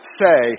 say